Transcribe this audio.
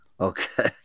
Okay